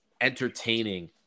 entertaining